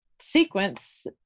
sequence